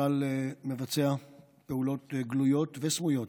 צה"ל מבצע פעולות גלויות וסמויות